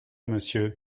monsieur